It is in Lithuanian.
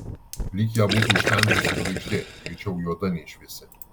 lyg ją būtų užtemdžiusi žvaigždė greičiau juoda nei šviesi